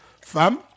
Fam